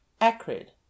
acrid